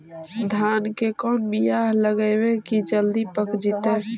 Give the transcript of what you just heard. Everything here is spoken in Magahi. धान के कोन बियाह लगइबै की जल्दी पक जितै?